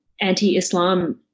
anti-Islam